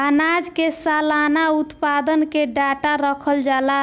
आनाज के सलाना उत्पादन के डाटा रखल जाला